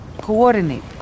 coordinate